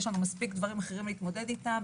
יש לנו מספיק דברים אחרים להתמודד איתם.